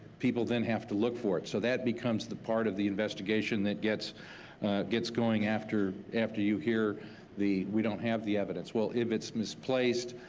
people then have to look for it. so that becomes the part of the investigation that gets gets going after after you hear the we don't have the evidence. well if it's misplaced,